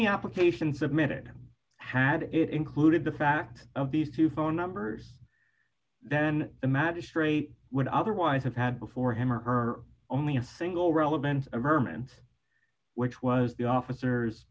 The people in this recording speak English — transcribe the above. the application submitted had it included the fact of these two phone numbers then the magistrate would otherwise have had before him or her only a single relevant or mirman which was the officers